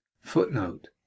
footnote